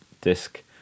disc